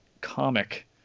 comic